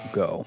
go